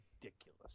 ridiculous